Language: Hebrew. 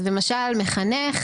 למשל מחנך